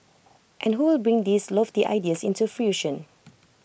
and who will bring these lofty ideas into fruition